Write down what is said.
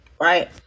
right